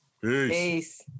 Peace